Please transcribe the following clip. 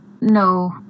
no